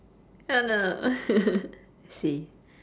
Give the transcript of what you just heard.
oh no I see